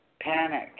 panic